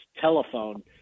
telephone